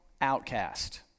outcast